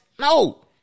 No